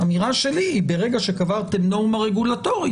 אמירה שלי היא שברגע שקבעתם נורמה רגולטורית,